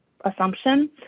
assumption